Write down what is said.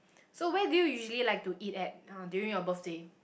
so where do you usually like to eat at uh during your birthday